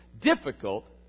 difficult